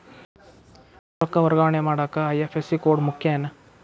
ರೊಕ್ಕ ವರ್ಗಾವಣೆ ಮಾಡಾಕ ಐ.ಎಫ್.ಎಸ್.ಸಿ ಕೋಡ್ ಮುಖ್ಯ ಏನ್